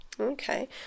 Okay